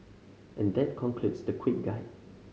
and that concludes the quick guide